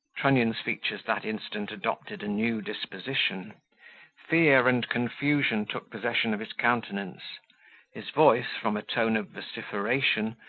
trunnion's features that instant adopted a new disposition fear and confusion took possession of his countenance his voice, from a tone of vociferation,